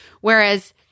whereas